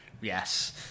Yes